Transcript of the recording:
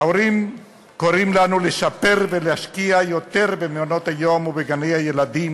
ההורים קוראים לנו לשפר ולהשקיע יותר במעונות-היום ובגני-הילדים,